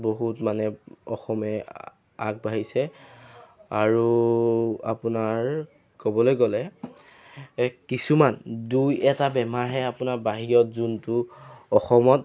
বহুত মানে অসমে আগবাঢ়িছে আৰু আপোনাৰ ক'বলৈ গ'লে এই কিছুমান দুই এটা বেমাৰহে আপোনাৰ বাহিৰত যোনটো অসমত